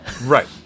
Right